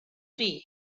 tea